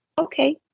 Okay